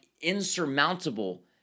insurmountable